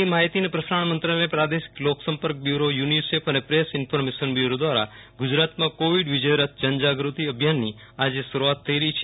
કેન્દ્રીય માહિતી અને પ્રસારણ મંત્રાલય પ્રાદેશિક લોક સંપર્ક બ્યુરો યુનિસેફ અને પ્રેસ ઇન્ફોર્મેશન બ્યુરો દ્વારા ગુજરાતમાં કોવીડ વિજય રથ પર જન જાગૃતિ અભિયાનની આજે શરૂઆત થઇ રહી છે